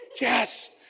yes